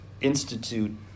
institute